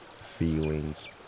feelings